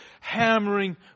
hammering